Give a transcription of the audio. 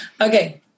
Okay